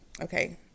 Okay